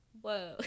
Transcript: whoa